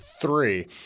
three